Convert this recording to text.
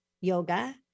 yoga